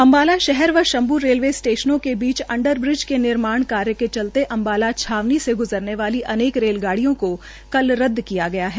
अंबाला शहर व शम्मू रेलवे स्टेशनों के बीच अंडर ब्रिज के निर्माण कार्य के चलते अम्बाला छावनी से गुजरने वाले अनेक रेलगाड़ियों को कल रद्द किया गया है